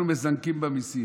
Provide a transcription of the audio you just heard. אנחנו מזנקים במיסים.